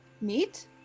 meat